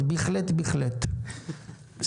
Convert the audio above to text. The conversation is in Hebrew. כל מה שהעליתי עכשיו,